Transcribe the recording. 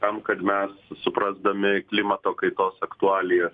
tam kad mes suprasdami klimato kaitos aktualijas